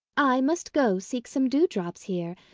i must go seek some dewdrops here,